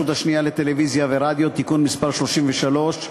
השנייה לטלוויזיה ורדיו (תיקון מס' 33)